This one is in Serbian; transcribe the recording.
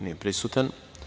Nije prisutan.